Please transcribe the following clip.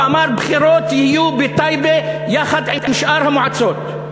ואמר: בחירות יהיו בטייבה יחד עם שאר המועצות.